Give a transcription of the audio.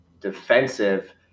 defensive